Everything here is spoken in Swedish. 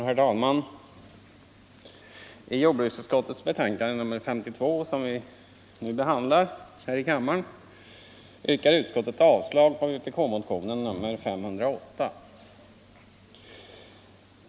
Herr talman! I jordbruksutskottets betänkande nr 52, som vi nu behandlar här i kammaren, yrkar utskottet avslag på vpk-motionen nr 508.